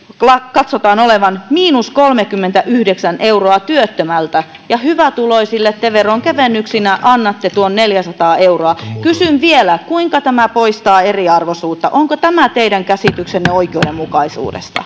katsotaan olevan miinus kolmekymmentäyhdeksän euroa työttömältä ja hyvätuloisille te veronkevennyksinä annatte tuon neljäsataa euroa kysyn vielä kuinka tämä poistaa eriarvoisuutta onko tämä teidän käsityksenne oikeudenmukaisuudesta